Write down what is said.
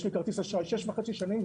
יש לי כרטיס אשראי שש וחצי שנים,